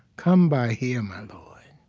come by here, my lord,